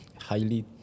highly